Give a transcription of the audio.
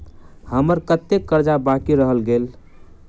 हम्मर कत्तेक कर्जा बाकी रहल गेलइ?